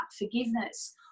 forgiveness